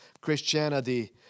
Christianity